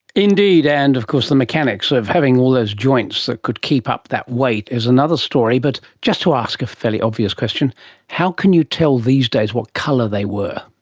indeed, and of course the mechanics of having all those joints that could keep up that weight is another story. but just to ask a fairly obvious question how can you tell these days what colour they were?